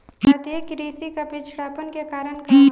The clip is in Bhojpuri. भारतीय कृषि क पिछड़ापन क कारण का ह?